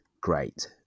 great